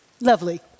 lovely